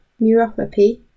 neuropathy